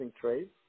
trades